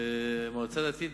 המועצה הדתית,